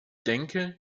denke